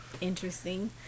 interesting